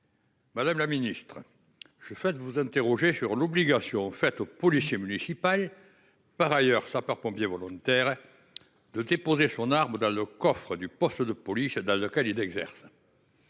Madame la ministre, je souhaite vous interroger sur l'obligation faite au policier municipal qui serait également sapeur-pompier volontaire de déposer son arme dans le coffre du poste de police dans lequel il exerce.